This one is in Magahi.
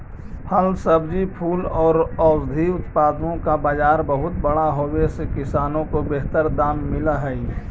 फल, सब्जी, फूल और औषधीय उत्पादों का बाजार बहुत बड़ा होवे से किसानों को बेहतर दाम मिल हई